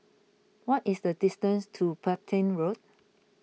what is the distance to Petain Road